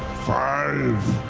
five.